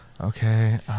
Okay